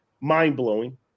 mind-blowing